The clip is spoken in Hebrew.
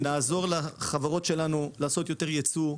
נעזור לחברות שלנו לעשות יותר יצוא.